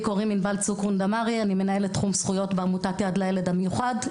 אני מנהלת תחום זכויות בעמותת "יד לילד המיוחד",